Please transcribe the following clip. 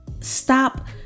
stop